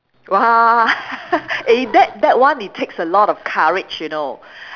!wah! eh that that one it takes a lot of courage you know